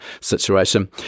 situation